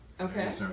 Okay